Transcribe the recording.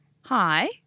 Hi